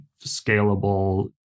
scalable